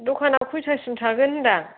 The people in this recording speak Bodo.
दखाना खयथासिम थागोन होनदां